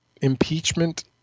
impeachment